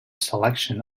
selection